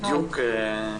בבקשה.